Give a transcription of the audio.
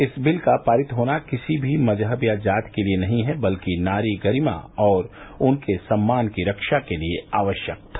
इस दिल का पारित होना किसी भी मजहब या जाति के लिए नहीं है बल्कि नारी गरिमा और उनके सम्मान की रक्षा के लिए आवश्यक था